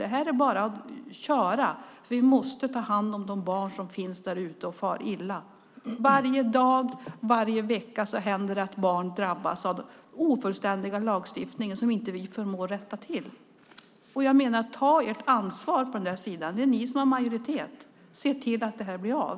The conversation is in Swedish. Det är bara att köra, för vi måste ta hand om de barn som finns därute och far illa. Varje dag, varje vecka händer det att barn drabbas av denna ofullständiga lagstiftning som vi inte förmår att rätta till. Ta ert ansvar på er sida! Det är ni som har majoritet. Se till att det här blir av!